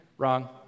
Wrong